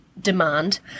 demand